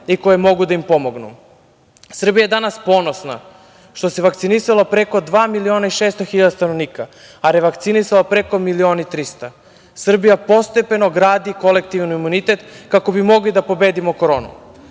i koje mogu da im pomognu. Srbija je danas ponosna što se vakcinisalo preko dva miliona i šesto hiljada stanovnika, a revakcinisalo preko milion i trista hiljada. Srbija postepeno gradi kolektivni imunitet kako bi mogli da pobedimo koronu. Prosto